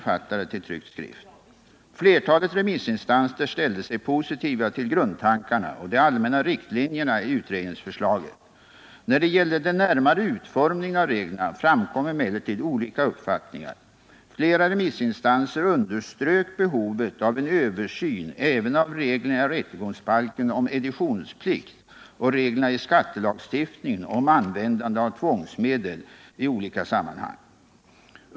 Flertalet remissinstanser ställde sig positiva till grundtankarna och de allmänna riktlinjerna i utredningsförslaget. När det gällde den närmare utformningen av reglerna framkom emellertid olika uppfattningar. Flera remissinstanser underströk behovet av en översyn även av reglerna i rättegångsbalken om editionsplikt och reglerna i skattelagstiftningen om användande av tvångsmedel i olika sammanhang.